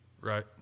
right